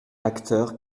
acteurs